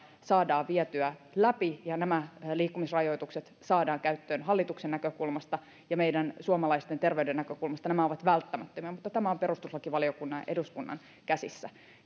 saadaan vietyä läpi ja nämä liikkumisrajoitukset saadaan käyttöön hallituksen näkökulmasta ja meidän suomalaisten terveyden näkökulmasta nämä ovat välttämättömiä mutta tämä on perustuslakivaliokunnan ja eduskunnan käsissä